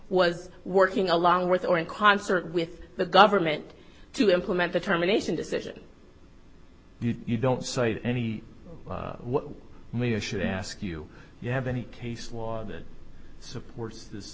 was working along with or in concert with the government to implement determination decision you don't say any media should ask you you have any case law that supports this